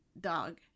dog